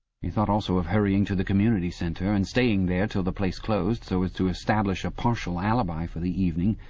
he thought also of hurrying to the community centre and staying there till the place closed, so as to establish a partial alibi for the evening.